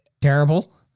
Terrible